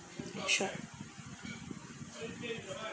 sure